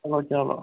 چَلو چَلو